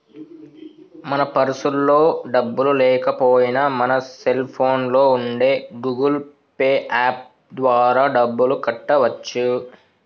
మన పర్సులో డబ్బులు లేకపోయినా మన సెల్ ఫోన్లో ఉండే గూగుల్ పే యాప్ ద్వారా డబ్బులు కట్టవచ్చు